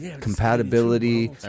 compatibility